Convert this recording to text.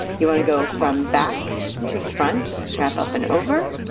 you want to go from back to front wrap up and over,